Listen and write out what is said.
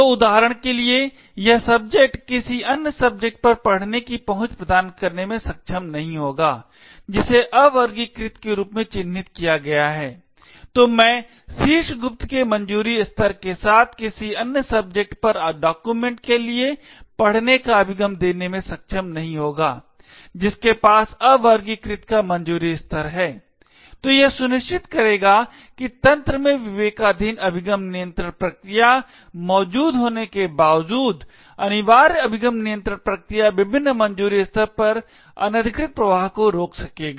तो उदाहरण के लिए यह सब्जेक्ट किसी अन्य सब्जेक्ट पर पढ़ने की पहुंच प्रदान करने में सक्षम नहीं होगा जिसे अवर्गीकृत के रूप में चिह्नित किया गया है तो मैं शीर्ष गुप्त के मंजूरी स्तर के साथ किसी अन्य सब्जेक्ट पर डॉक्यूमेंट के लिए पढ़ने का अभिगम देने में सक्षम नहीं होगा जिसके पास अवर्गीकृत का मंजूरी स्तर है तो यह सुनिश्चित करेगा कि तंत्र में विवेकाधीन अभिगम नियंत्रण प्रक्रिया मौजूद होने के बावजूद अनिवार्य अभिगम नियंत्रण प्रक्रिया विभिन्न मंजूरी स्तरों पर अनधिकृत प्रवाह को रोक सकेगा